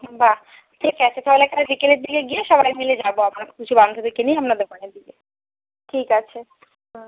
বাহ ঠিক আছে তাহলে কাল বিকেলের দিকে গিয়ে সবাই মিলে যাবো আবার কিছু বান্ধবীকে নিয়ে আপনার দোকানের দিকে ঠিক আছে হুম